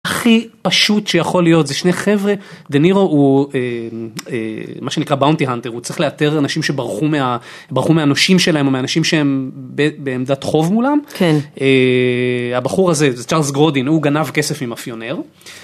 הכי פשוט שיכול להיות זה שני חבר'ה, דנירו הוא מה שנקרא באונטי האנטר, הוא צריך לאתר אנשים שברחו מהנושים שלהם או מהאנשים שהם בעמדת חוב מולם, הבחור הזה זה צ'ארלס גרודין הוא גנב כסף ממאפיונר.